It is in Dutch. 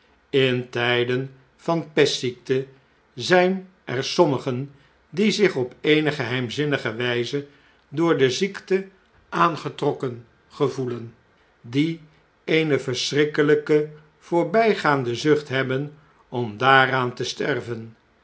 in tjjden van pestziekte zijn er sommigen die zich op eene geheimzinnige wijze door de ziekte aangetrokken gevoelen die eene verschrikkelh'ke voorbjjgaande zucht hebben om daaraan te sterven